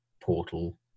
portal